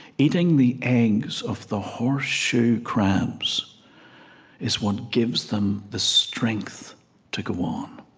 eating the eggs of the horseshoe crabs is what gives them the strength to go on